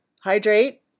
hydrate